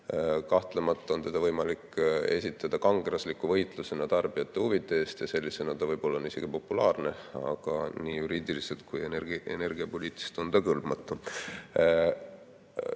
Kahtlemata on teda võimalik esitada kangelasliku võitlusena tarbijate huvide eest ja sellisena ta võib-olla on isegi populaarne, aga nii juriidiliselt kui energiapoliitiliselt on ta kõlbmatu.